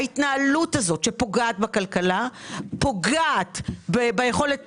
ההתנהלות הזו שפוגעת בכלכלה פוגעת ביכולת